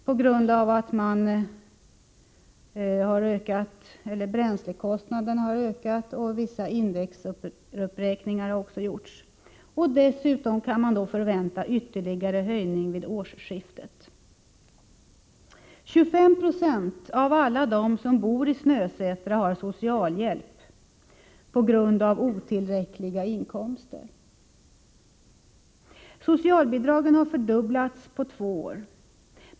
på grund av ökade bränslekostnader och vissa indexuppräkningar. Dessutom kan man förvänta en ytterligare höjning vid årsskiftet. 25 90 av alla dem som bor i Snösätra har socialhjälp på grund av otillräckliga inkomster. Socialbidragen har fördubblats på två år.